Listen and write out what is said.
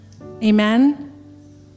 Amen